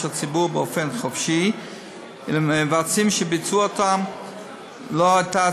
הציבור באופן חופשי ולמבצעים שביצעו אותם לא הייתה